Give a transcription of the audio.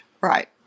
Right